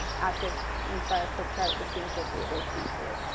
activinspire flip chart the students won't be able to see through.